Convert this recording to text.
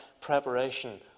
preparation